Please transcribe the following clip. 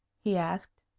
he asked.